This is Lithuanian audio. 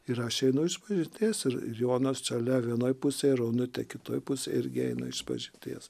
ir aš einu išpažinties ir ir jonas šalia vienoj pusėj ir onutė kitoj pusėj irgi eina išpažinties